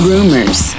Rumors